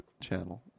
channel